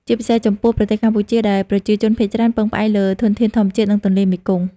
ជាពិសេសចំពោះប្រទេសកម្ពុជា ដែលប្រជាជនភាគច្រើនពឹងផ្អែកលើធនធានធម្មជាតិ និងទន្លេមេគង្គ។